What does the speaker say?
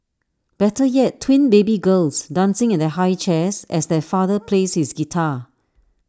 better yet twin baby girls dancing in their high chairs as their father plays his guitar